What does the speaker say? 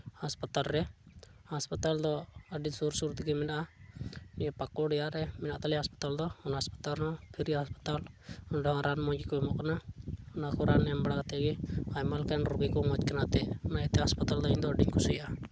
ᱦᱟᱥᱯᱟᱛᱟᱞ ᱨᱮ ᱦᱟᱥᱯᱟᱛᱟᱞ ᱫᱚ ᱟᱹᱰᱤ ᱥᱩᱨ ᱥᱩᱨ ᱛᱮᱜᱮ ᱢᱮᱱᱟᱜᱼᱟ ᱯᱟᱹᱠᱩᱲᱤᱭᱟ ᱨᱮ ᱢᱮᱱᱟᱜ ᱛᱟᱞᱮᱭᱟ ᱦᱟᱥᱯᱟᱛᱟᱞ ᱫᱚ ᱚᱱᱟ ᱦᱟᱥᱯᱟᱛᱟᱞ ᱨᱮᱢᱟ ᱯᱷᱨᱤ ᱦᱟᱥᱯᱟᱛᱟᱞ ᱚᱸᱰᱮ ᱦᱚᱸ ᱨᱟᱱ ᱢᱚᱡᱽ ᱜᱮᱠᱚ ᱮᱢᱚᱜ ᱠᱟᱱᱟ ᱚᱱᱟ ᱠᱚ ᱨᱟᱱ ᱮᱢ ᱵᱟᱲᱟ ᱠᱟᱛᱮᱫ ᱜᱮ ᱟᱭᱢᱟ ᱞᱮᱠᱟᱱ ᱨᱳᱜᱤ ᱠᱚ ᱢᱚᱡᱽ ᱠᱟᱱᱟ ᱚᱱᱟᱛᱮ ᱦᱟᱥᱯᱟᱛᱟᱞ ᱫᱚ ᱟᱹᱰᱤᱜᱤᱧ ᱠᱩᱥᱤᱭᱟᱜᱼᱟ